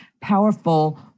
powerful